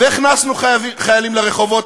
והכנסנו חיילים לרחובות.